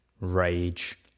rage